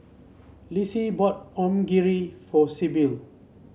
Lissie bought Onigiri for Sibyl